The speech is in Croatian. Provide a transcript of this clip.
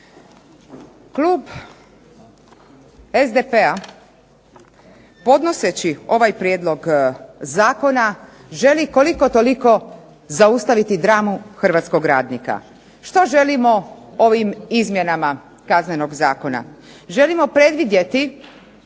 Klub SDP-a podnoseći ovaj prijedlog zakona želi koliko toliko zaustaviti dramu hrvatskog radnika. Što želimo ovim izmjenama Kaznenog zakona? Želimo predvidjeti